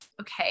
okay